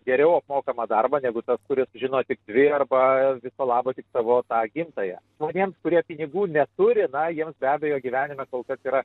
geriau apmokamą darbą negu tas kuris žino tik dvi arba viso labo tik tavo tą gimtąją žmonėms kurie pinigų neturi na jiems be abejo gyvenime kol kas yra